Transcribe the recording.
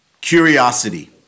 curiosity